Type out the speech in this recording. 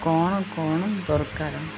କ'ଣ କ'ଣ ଦରକାର